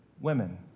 women